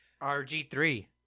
RG3